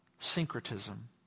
syncretism